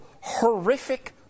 horrific